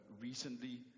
recently